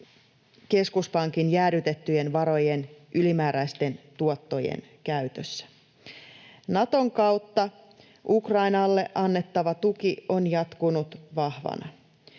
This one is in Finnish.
keskuspankin jäädytettyjen varojen ylimääräisten tuottojen käytössä. Naton kautta Ukrainalle annettava tuki on jatkunut vahvana.